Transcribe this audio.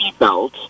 seatbelt